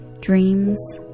Dreams